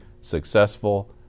successful